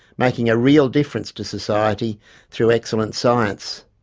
making a real difference to society through excellent science.